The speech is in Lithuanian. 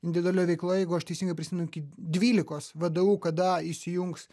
individualioj veikloj jeigu aš teisingai prisimenu iki dvylikos vdu kada įsijungs